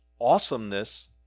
awesomeness